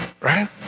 right